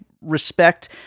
respect